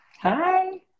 hi